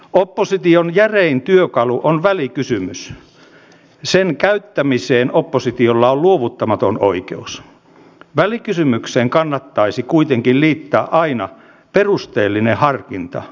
naiset menevät siellä irakissa sotimaan miehet tulevat tänne pohjolaan ja lapset käytetään eturintamassa tuolla otetaan kilveksi kun tullaan eurooppaan